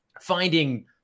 finding